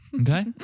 Okay